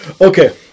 Okay